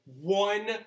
one